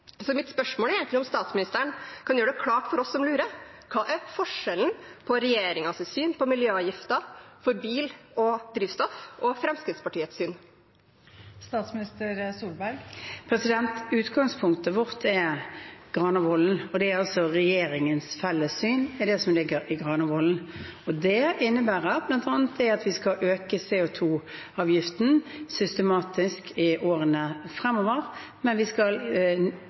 Mitt spørsmål er egentlig om statsministeren kan gjøre det klart for oss som lurer: Hva er forskjellen på regjeringens syn på miljøavgifter for bil og drivstoff og Fremskrittspartiets syn? Utgangspunktet vårt er Granavolden. Det som er regjeringens felles syn, er det som ligger i Granavolden. Det innebærer bl.a. at vi skal øke CO 2 -avgiften systematisk i årene fremover, men vi skal